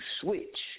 switch